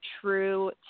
true